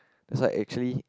that's why actually